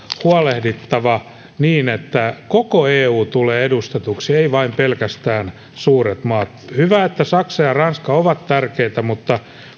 huolehdittava siitä että koko eu tulee edustetuksi eivät vain pelkästään suuret maat hyvä että saksa ja ranska ovat tärkeitä mutta